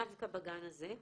דווקא בגן הזה,